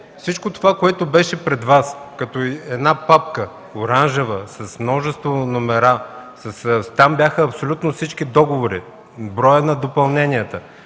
всичко това, което беше пред Вас, в една оранжева папка с множество номера. Там бяха абсолютно всички договори с броя на допълненията.